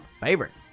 favorites